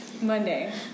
Monday